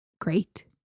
Great